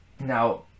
Now